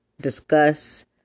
discuss